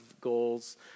goals